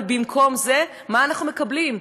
אבל במקום זה מה אנחנו מקבלים?